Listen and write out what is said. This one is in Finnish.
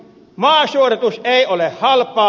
maasuodatus ei ole halpaa